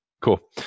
Cool